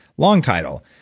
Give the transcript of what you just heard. long title,